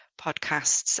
podcasts